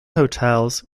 hotels